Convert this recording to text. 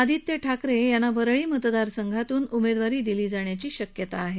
आदित्य ठाकरे यांना वरळी मतदार संघातून उमेदवारी दिली जाण्याची शक्यता आहे